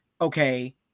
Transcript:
okay